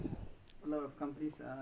mm